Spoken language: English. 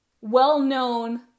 well-known